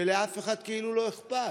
ולאף אחד כאילו לא אכפת.